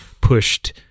pushed